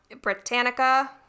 Britannica